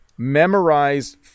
memorize